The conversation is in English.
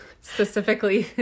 specifically